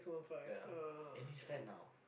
ya and he's fat now